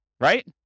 Right